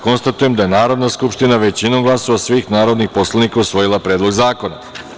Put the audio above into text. Konstatujem da je Narodna skupština većinom glasova svih narodnih poslanika usvojila Predlog zakona.